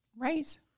right